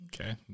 okay